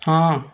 ਹਾਂ